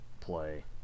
play